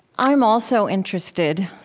i'm also interested,